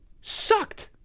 Sucked